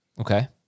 okay